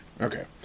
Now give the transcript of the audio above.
Okay